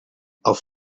auf